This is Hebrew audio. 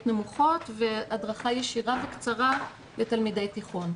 נמוכות והדרכה ישירה וקצרה לתלמידי תיכון.